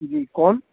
جی کون